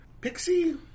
Pixie